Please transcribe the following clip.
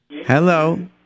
Hello